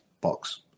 box